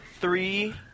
three